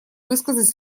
высказать